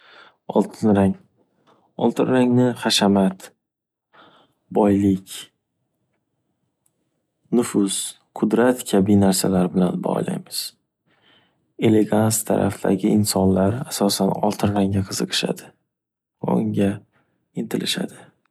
Oltin rang. Oltin rangni hashamat ,boylik, nufuz ,qudrat kabi narsalar bilan bog’laymiz. Elegans tarafdagi insonlar asosan oltin rangga qiziqishadi va unga intilishadi.